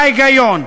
מה ההיגיון?